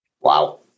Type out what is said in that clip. wow